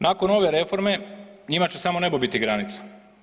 Nakon ove reforme njima će samo nebo biti granica.